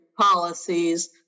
policies